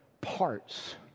parts